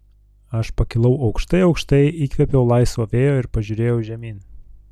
aš pakilau aukštai aukštai įkvėpiau laisvo vėjo ir pažiūrėjau žemyn